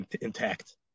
intact